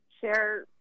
share